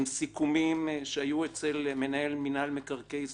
עם סיכומים שהיו אצל מנהל מינהל מקרקעי ישראל,